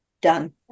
done